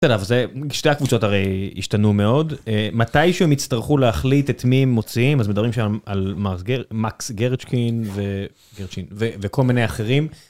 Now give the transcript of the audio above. שתי הקבוצות הרי השתנו מאוד מתישהו הם יצטרכו להחליט את מי הם מוציאים אז מדברים שם על מקס גרדשקין וכל מיני אחרים.